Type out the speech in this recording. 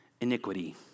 iniquity